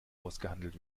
ausgehandelt